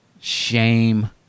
shame